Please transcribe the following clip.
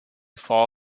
fall